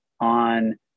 on